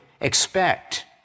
expect